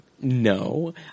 No